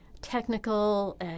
technical